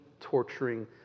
torturing